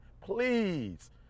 please